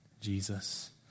Jesus